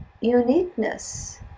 uniqueness